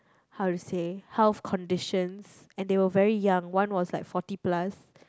how to say health condition and they were very young one was like forty plus